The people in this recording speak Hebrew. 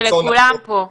זה לכולם פה.